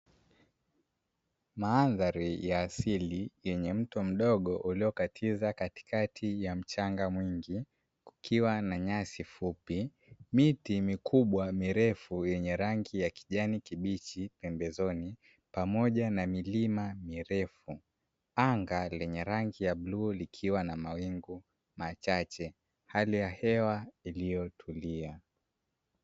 Mandhari ya asili yenye mto mdogo uliokatiza katikati ya mchanga mwingi, kukiwa na nyasi fupi, miti mikubwa mirefu yenye rangi ya kijani kibichi pembezoni pamoja na milima mirefu, anga lenye rangi ya bluu likiwa na mawingu machache; hali ya hewa iliyotulia.